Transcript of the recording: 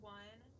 one